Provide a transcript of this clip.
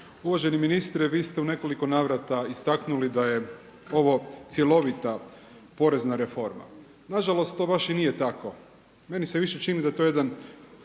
Uvaženi ministre vi ste u nekoliko navrata istaknuli da je ovo cjelovita porezna reforma, nažalost to baš i nije tako. Meni se više čini da je to jedan